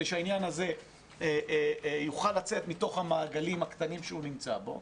שהעניין הזה יוכל לצאת מתוך המעגלים הקטנים שהוא נמצא בו,